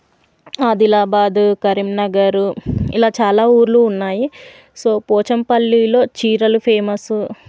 ఆదిలాబాద్ కరీంనగర్ ఇలా చాలా ఊళ్ళు ఉన్నాయి సో పోచంపల్లిలో చీరలు ఫేమస్